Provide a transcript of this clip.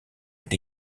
est